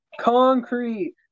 Concrete